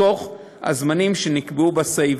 בתוך הזמנים שנקבעו בסעיף,